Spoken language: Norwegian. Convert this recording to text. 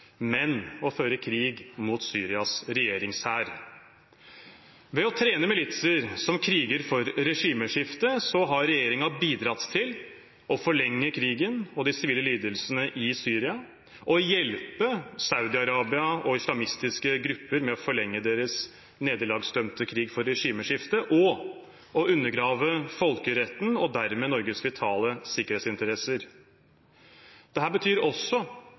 men å føre krig mot Syrias regjeringshær. Ved å trene militser som kriger for regimeskifte, har regjeringen bidratt til å forlenge krigen og de sivile lidelsene i Syria, hjelpe Saudi-Arabia og islamistiske grupper med å forlenge deres nederlagsdømte krig for regimeskifte og undergrave folkeretten og dermed Norges vitale sikkerhetsinteresser. Dette betyr også